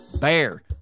BEAR